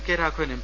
K Raghavan M